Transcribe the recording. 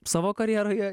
savo karjeroje